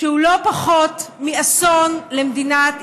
שהוא לא פחות מאסון למדינת ישראל.